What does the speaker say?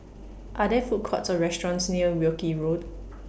Are There Food Courts Or restaurants near Wilkie Road